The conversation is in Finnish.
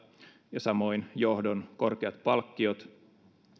ja samoin johdon korkeat palkkiot